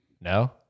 no